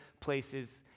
places